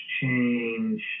change